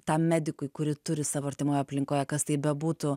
tam medikui kurį turi savo artimoje aplinkoje kas tai bebūtų